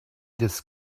this